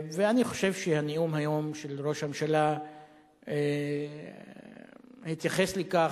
אני חושב שהנאום של ראש הממשלה היום התייחס לכך,